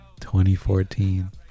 2014